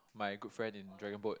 my good friend in dragon boat